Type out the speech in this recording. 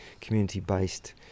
community-based